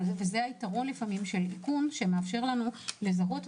זה יתרון של איכון שמאפשר לנו לזהות אנשים.